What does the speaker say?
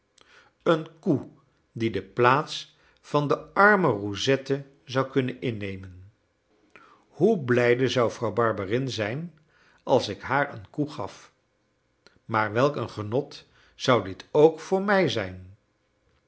een koe die de plaats van de arme roussette zou kunnen innemen hoe blijde zou vrouw barberin zijn als ik haar een koe gaf maar welk een genot zou dit ook voor mij zijn